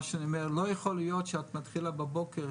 אני אומר שלא יכול להיות שאת מתחילה בבוקר